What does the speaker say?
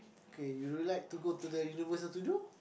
okay you would like to go to the Universal Studio